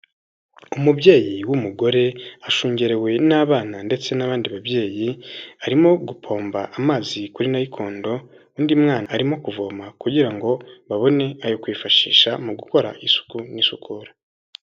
Umubyeyi w'umugore ashungerewe n'abana ndetse n'abandi babyeyi, arimo gupomba amazi kuri nayikondo, undi mwana arimo kuvoma kugira ngo babone ayo kwifashisha mu gukora isuku n'isukura.